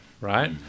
right